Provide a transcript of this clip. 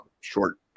short